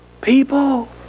people